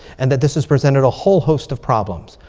and that this has presented a whole host of problems.